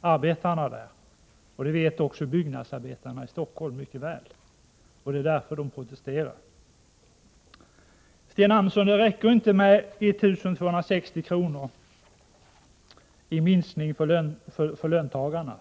arbetarna där, och det vet även byggnadsarbetarna i Stockholm mycket väl — och det är därför de protesterar. Sten Andersson! Det räcker inte med 1 260 kr. i minskning för löntagarna.